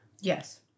Yes